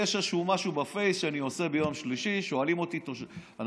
יש איזה משהו בפייס שאני עושה ביום שלישי: שואלים אותי אנשים,